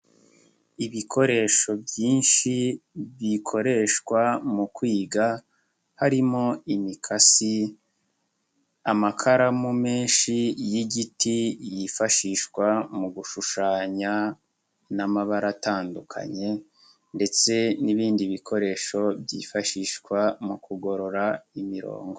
Ibikoresho byinshi bikoreshwa mu kwiga harimo: imikasi, amakaramu menshi y'igiti yifashishwa mu gushushanya n'amabara atandukanye ndetse n'ibindi bikoresho byifashishwa mu kugorora imirongo.